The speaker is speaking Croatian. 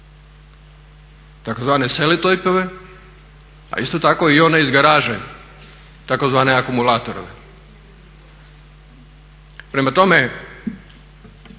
tzv. selotejpove, a isto tako i one iz garaže tzv. akumulatorove. Prema tome,